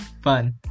fun